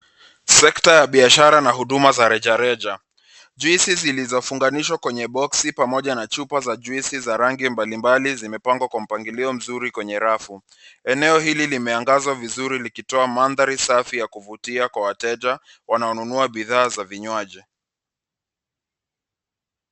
Sekta ya biashara na huduma za rejareja. Juisi zilizofuganishwa kwenye boksi pamoja na chupa za juisi za rangi mbalimbali zimepangwa kwa mpangilio mzuri kwenye rafu. Eneo hili limeangazwa vizuri likitoa mandhari safi ya kuvutia kwa wateja wanaonunua bidhaa za vinywaji.